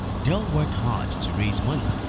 dell worked hard to raise money,